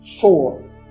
Four